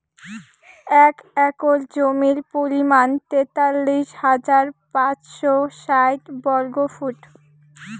এক একর জমির পরিমাণ তেতাল্লিশ হাজার পাঁচশ ষাইট বর্গফুট